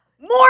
More